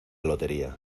lotería